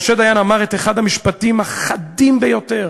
משה דיין אמר את אחד המשפטים החדים ביותר,